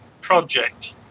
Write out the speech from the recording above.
project